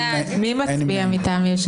הצבעה לא אושרו.